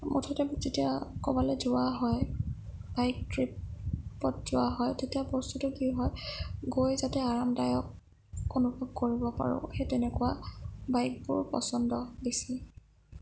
মুঠতে যেতিয়া ক'ৰবালে যোৱা হয় বাইক ট্ৰিপত যোৱা হয় তেতিয়া বস্তুটো কি হয় গৈ যাতে আৰামদায়ক অনুভৱ কৰিব পাৰোঁ সেই তেনেকুৱা বাইকবোৰ পছন্দ বেছি